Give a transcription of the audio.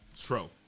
True